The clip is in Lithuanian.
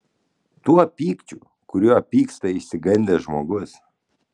tuo pykčiu kuriuo pyksta išsigandęs žmogus